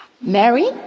Mary